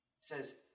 says